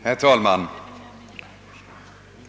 Herr talman!